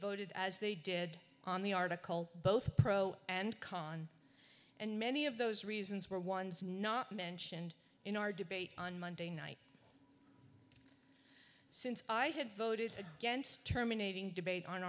voted as they did on the article both pro and con and many of those reasons were ones not mentioned in our debate on monday night since i had voted against terminating debate on